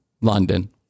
london